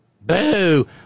Boo